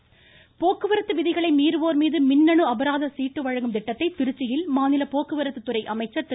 விஜயபாஸ்கர் போக்குவரத்து விதிகளை மீறுவோர்மீது மின்னணு அபராத சீட்டு வழங்கும் திட்டத்தை திருச்சியில் மாநில போக்குவரத்துத்துறை அமைச்சர் திரு